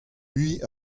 mui